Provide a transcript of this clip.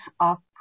up